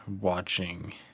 watching